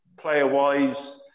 player-wise